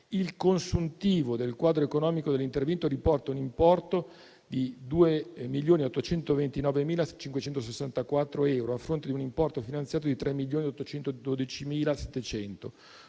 il consuntivo del quadro economico dell'intervento riporta un importo di 2.829.564 euro, a fronte di un importo finanziato di 3.812.700 euro,